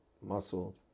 muscle